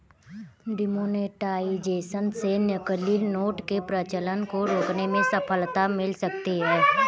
demonetisation से नकली note के प्रचलन को रोकने में सफलता मिल सकती है